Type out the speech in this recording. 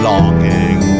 Longing